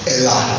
Ella